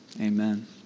amen